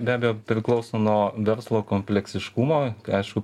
be abejo priklauso nuo verslo kompleksiškumo aišku